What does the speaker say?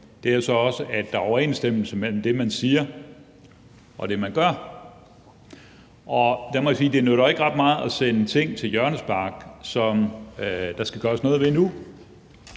jo så også, at der er overensstemmelse mellem det, man siger, og det, man gør. Der må jeg sige, at det jo ikke nytter ret meget at sende ting, som der skal gøres noget ved nu,